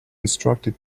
instructed